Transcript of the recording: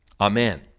Amen